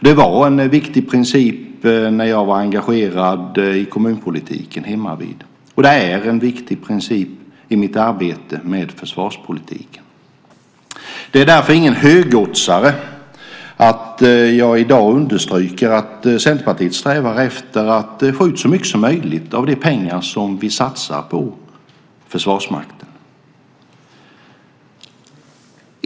Det var en viktig princip när jag var engagerad i kommunpolitiken hemmavid och det är en viktig princip i mitt arbete med försvarspolitiken. Det är därför ingen högoddsare att jag i dag understryker att Centerpartiet strävar efter att få ut så mycket som möjligt av de pengar som vi satsar på Försvarsmakten.